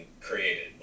created